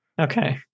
Okay